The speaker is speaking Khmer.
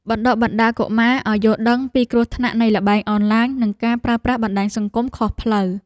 បណ្តុះបណ្តាលកុមារឱ្យយល់ដឹងពីគ្រោះថ្នាក់នៃល្បែងអនឡាញនិងការប្រើប្រាស់បណ្តាញសង្គមខុសផ្លូវ។